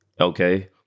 Okay